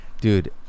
Dude